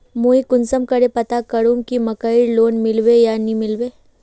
मुई कुंसम करे पता करूम की मकईर लोन मिलबे या नी मिलबे?